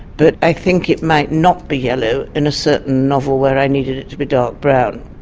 but i think it might not be yellow in a certain novel where i need it it to be dark brown.